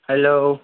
hello